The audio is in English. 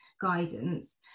guidance